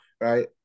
right